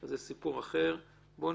זה סיפור נפרד, כי שם